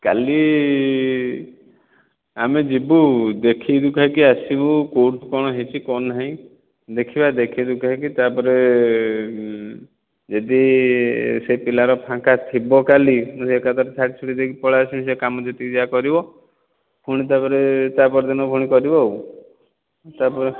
କାଲି ଆମେ ଯିବୁ ଦେଖି ଦୁଖାକି ଆସିବୁ କେଉଁଠି କଣ ହୋଇଛି କଣ ନାହିଁ ଦେଖିବା ଦେଖି ଦୁଖାକି ତା ପରେ ଯଦି ସେ ପିଲାର ଫାଙ୍କା ଥିବ କାଲି ମୁଁ ଏକା ଥରକେ ସାରି ସୁରା ଦେଇକି ପଳାଇ ଆସିବି ସେ କାମ ଯେତିକି ଯାହା କରିବ ଫୁଣି ତା ପରେ ତା ପରଦିନ ପୁଣି କରିବ ଆଉ ତାପରେ